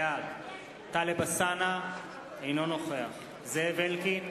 בעד טלב אלסאנע, אינו נוכח זאב אלקין,